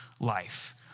Life